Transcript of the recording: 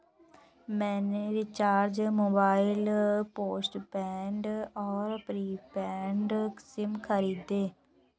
मैंने recharge mobile postpaid और prepaid SIM खरीदे